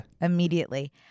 Immediately